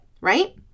right